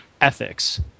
ethics